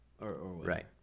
Right